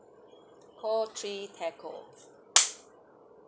call three telco